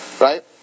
right